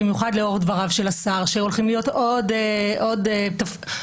במיוחד לאור של השר שהולכים להיות עוד חוקים